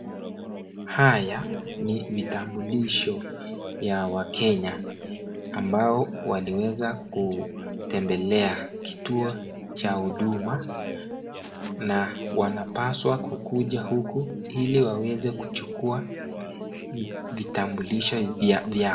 Haya ni vitambulisho ya wakenya ambao waliweza kutembelea kituo cha huduma na wanapaswa kukuja huku ili waweze kuchukua vitambulisho vyao.